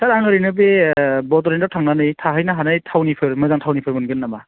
सार आं ओरैनो बे बड'लेण्डआव थांनानै थाहैनो हानाय थावनिफोर मोजां थावनिफोर मोनगोन नामा